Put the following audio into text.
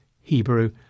Hebrew